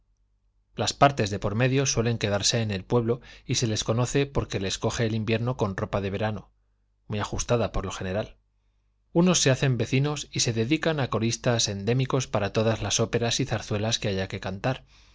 las partes de por medio suelen quedarse en el pueblo y se les conoce porque les coge el invierno con ropa de verano muy ajustada por lo general unos se hacen vecinos y se dedican a coristas endémicos para todas las óperas y zarzuelas que haya que cantar